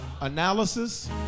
analysis